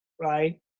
right